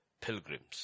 pilgrims